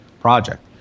project